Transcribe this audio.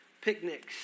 picnics